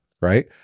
Right